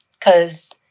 Cause